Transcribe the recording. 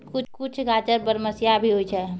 कुछ गाजर बरमसिया भी होय छै